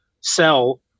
sell